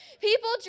People